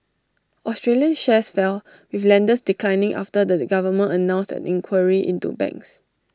Australian shares fell with lenders declining after the government announced an inquiry into banks